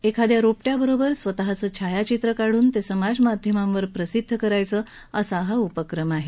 एखाद्या रोपट्यासोबत स्वतःचं छायाचित्र काढून ते समाजमाध्यमांवर प्रसिद्ध करायचं असां हा उपक्रम आहे